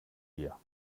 dir